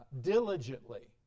diligently